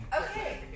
Okay